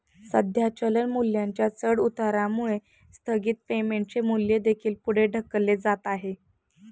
सध्या चलन मूल्याच्या चढउतारामुळे स्थगित पेमेंटचे मूल्य देखील पुढे ढकलले जात आहे